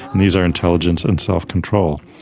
and these are intelligence and self-control.